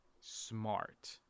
smart